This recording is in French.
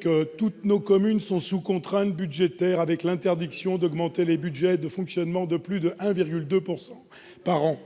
que toutes nos communes sont sous contrainte budgétaire, avec l'interdiction d'augmenter les budgets de fonctionnement de plus de 1,2 % par an.